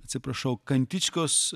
atsiprašau kantičkos